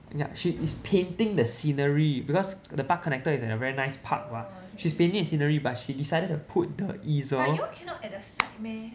yup she is painting the scenery because the park connector is at a very nice park mah she's painting the scenery but she decided to put the easel